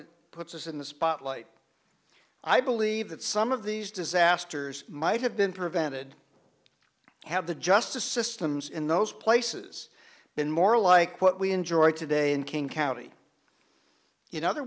chicago puts us in the spotlight i believe that some of these disasters might have been prevented had the justice systems in those places been more like what we enjoy today in king county in other